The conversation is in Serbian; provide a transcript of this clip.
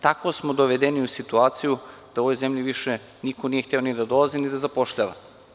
Tako smo dovedeni u situaciji da u ovoj zemlji više niko nije hteo ni da dolazi ni da zapošljava.